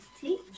teach